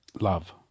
Love